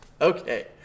Okay